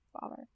father